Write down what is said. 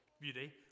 beauty